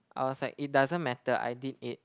I was like it doesn't matter I did it